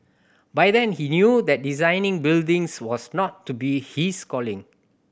by then he knew that designing buildings was not to be his calling